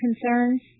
concerns